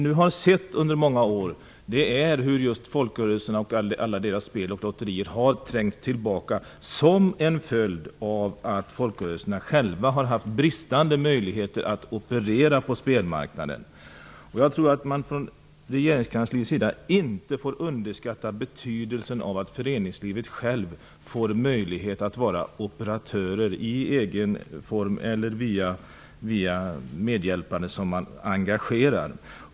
Nu har vi under många år sett hur just folkrörelserna och deras spel och lotterier har trängts tillbaka som en följd av att folkrörelserna själva har haft bristande möjligheter att operera på spelmarknaden. Jag tror att man i regeringskansliet inte får underskatta betydelsen av att föreningslivet självt får möjligheter att vara operatörer i egen regi eller via medhjälpare som man engagerar.